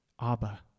Abba